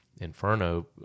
Inferno